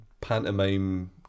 pantomime